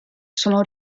sono